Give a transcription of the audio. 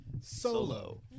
Solo